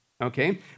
okay